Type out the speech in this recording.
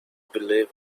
believe